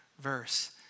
verse